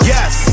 Yes